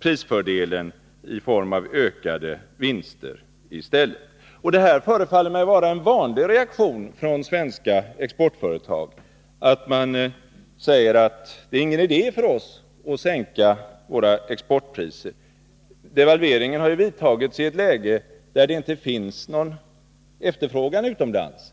prisfördelen i form av ökade vinster i stället. Det förefaller vara en vanlig reaktion från svenska exportföretags sida att säga: Det är ingen idé för oss att sänka våra exportpriser. Devalveringen har ju vidtagits i ett läge där det inte finns någon efterfrågan utomlands.